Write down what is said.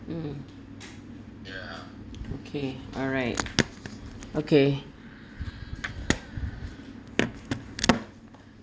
mm okay alright okay